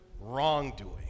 wrongdoing